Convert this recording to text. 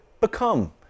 become